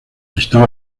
estaba